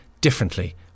differently